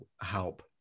help